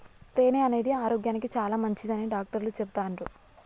తేనె అనేది ఆరోగ్యానికి చాలా మంచిదని డాక్టర్లు చెపుతాన్రు